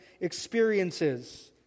experiences